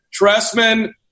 Tressman